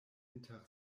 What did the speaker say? inter